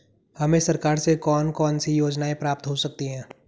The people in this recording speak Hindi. हमें सरकार से कौन कौनसी योजनाएँ प्राप्त हो सकती हैं?